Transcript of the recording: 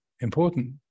important